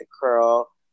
curl